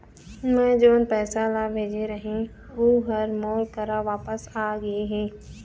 मै जोन पैसा ला भेजे रहें, ऊ हर मोर करा वापिस आ गे हे